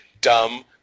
Dumb